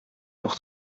pour